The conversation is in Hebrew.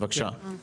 בבקשה.